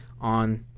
on